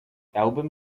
album